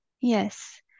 Yes